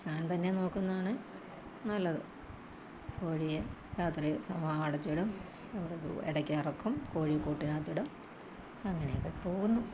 ഞാൻ തന്നെ നോക്കുന്നതാണ് നല്ലത് കോഴിയെ രാത്രി അടച്ചിടും ഇടക്ക് ഇറക്കും കോഴി കൂട്ടിനകത്തിടും അങ്ങനെയൊക്കെ പോകുന്നു